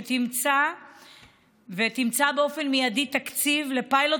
כדי שתמצא באופן מיידי תקציב לפיילוט